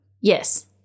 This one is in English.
Yes